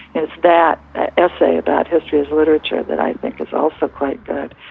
it's that essay about history is literature that i think is also quite good,